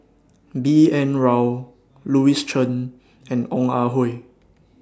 B N Rao Louis Chen and Ong Ah Hoi